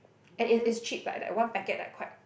and it is cheap like like one packet like quite